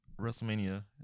WrestleMania